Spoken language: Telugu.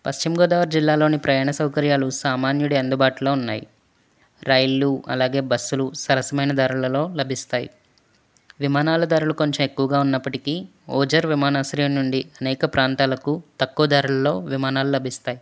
పశ్చిమ గోదావరి జిల్లాలోని ప్రయాణ సౌకర్యాలు సామాన్యుడి అందుబాటులో ఉన్నాయి రైళ్లు అలాగే బస్సులు సరసమైన ధరలలో లభిస్తాయి విమానాల ధరలు కొంచెం ఎక్కువగా ఉన్నప్పటికీ ఓజర్ విమానాశ్రయం నుండి అనేక ప్రాంతాలకు తక్కువ ధరల్లో విమానాలు లభిస్తాయి